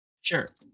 sure